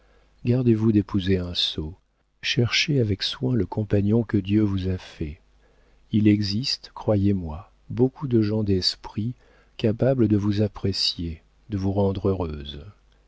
gardez-vous d'épouser un sot cherchez avec soin le compagnon que dieu vous a fait il existe croyez-moi beaucoup de gens d'esprit capables de vous apprécier de vous rendre heureuse